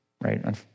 right